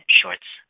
shorts